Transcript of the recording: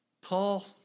Paul